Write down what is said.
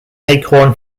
acorn